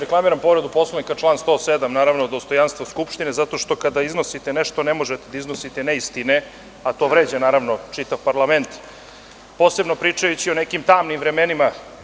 Reklamiram povredu Poslovnika, član 107. - dostojanstvo Skupštine, zato što kada iznosite nešto ne možete da iznosite neistine, a to vređa, naravno, čitav parlament, posebno pričajući o nekim tamnim vremenima.